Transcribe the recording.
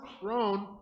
thrown